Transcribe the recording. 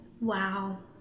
Wow